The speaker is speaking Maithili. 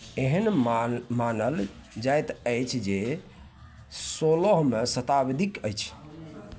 एहन मान मानल जाइत अछि जे ई सोलह मे शताब्दीके अछि